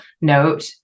note